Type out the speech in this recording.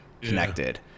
connected